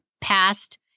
past